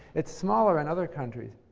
it's smaller in other countries.